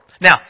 Now